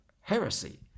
heresy